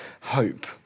hope